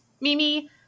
Mimi